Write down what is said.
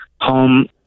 home